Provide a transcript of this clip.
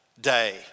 day